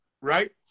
right